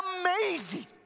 amazing